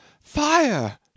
Fire